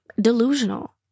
delusional